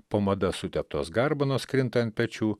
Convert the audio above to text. pomada suteptos garbanos krinta ant pečių